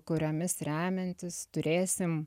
kuriomis remiantis turėsim